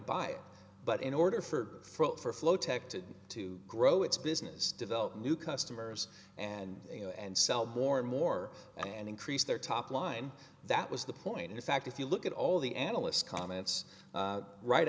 buy it but in order for throat for flow tech to to grow its business develop new customers and you know and sell more and more and increase their top line that was the point in fact if you look at all the analysts comments right